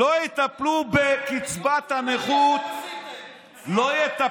לא יטפלו בקצבת הנכות, כי דיור ציבורי אתם עשיתם.